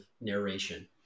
narration